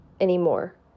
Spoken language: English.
Anymore